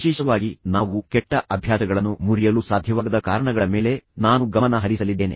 ವಿಶೇಷವಾಗಿ ನಾವು ಕೆಟ್ಟ ಅಭ್ಯಾಸಗಳನ್ನು ಮುರಿಯಲು ಸಾಧ್ಯವಾಗದ ಕಾರಣಗಳ ಮೇಲೆ ನಾನು ಗಮನ ಹರಿಸಲಿದ್ದೇನೆ